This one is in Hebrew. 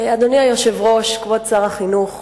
אדוני היושב-ראש, כבוד שר החינוך,